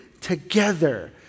together